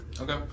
Okay